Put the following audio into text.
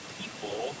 people